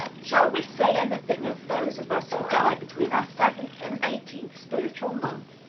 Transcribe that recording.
shall we say any thing of those of us who die between our seventh and eighteenth spiritual month?